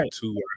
Two